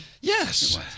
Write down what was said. Yes